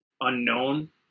unknown